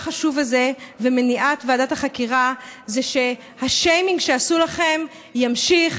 חשוב הזה ומניעת ועדת החקירה זה שהשיימינג שעשו לכם ימשיך,